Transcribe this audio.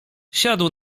siadł